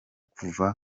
kuva